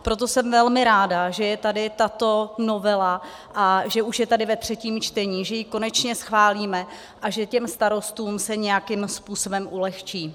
Proto jsem velmi ráda, že je tady tato novela a že už je tady ve třetím čtení, že ji konečně schválíme a že starostům se nějakým způsobem ulehčí.